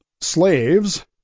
slaves